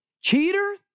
Cheater